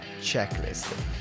checklist